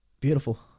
Beautiful